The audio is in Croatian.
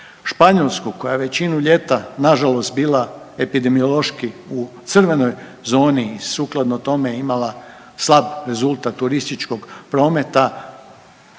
Španjolsku koja većinu ljeta nažalost bila epidemiološki u crvenoj zoni i sukladno tome imala slab rezultat turističkog prometa